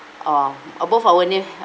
orh above our name